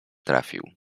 trafił